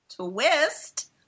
twist